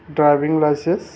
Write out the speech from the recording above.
driving license